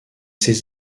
ses